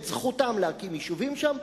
את זכותם להקים יישובים שם.